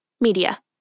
media